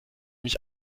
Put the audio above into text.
mich